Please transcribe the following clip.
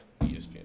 ESPN